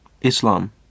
Islam